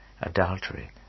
adultery